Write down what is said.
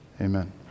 Amen